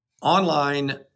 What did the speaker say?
online